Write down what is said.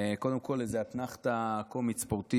קודם כול, איזו אתנחתה קומית-ספורטיבית.